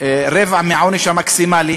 רבע מהעונש המקסימלי,